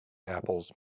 apples